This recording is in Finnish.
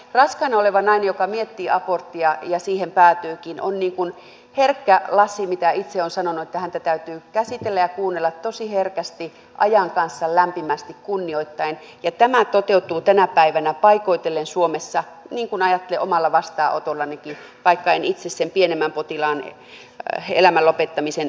raskaana oleva nainen joka miettii aborttia ja siihen päätyykin on niin kuin herkkä lasi kuten itse olen sanonut niin että häntä täytyy käsitellä ja kuunnella tosi herkästi ajan kanssa lämpimästi kunnioittaen ja tämä toteutuu tänä päivänä paikoitellen suomessa niin kuin ajattelen että se toteutuu omalla vastaanotollanikin vaikka en itse sen pienemmän potilaan elämän lopettamiseen osallistukaan